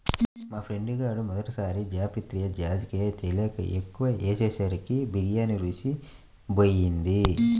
మా ఫ్రెండు గాడు మొదటి సారి జాపత్రి, జాజికాయ తెలియక ఎక్కువ ఏసేసరికి బిర్యానీ రుచే బోయింది